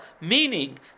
meaning